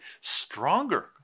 stronger